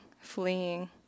fleeing